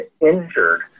injured